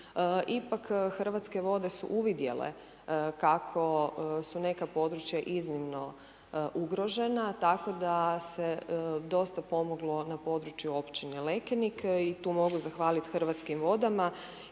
Ipak Hrvatske vode su uvidjele, kako su neka područja iznimno ugrožena, tako da se dosta pomoglo na području općine Lekenik i tu mogu zahvaliti Hrvatskim vodama